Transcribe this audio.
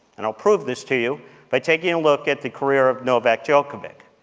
and i'll prove this to you by taking a look at the career of novak djokovic.